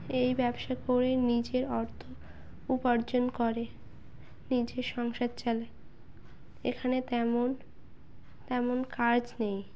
এই ব্যবসা করে নিজের অর্থ উপার্জন করে নিজের সংসার চালায় এখানে তেমন তেমন কাজ নেই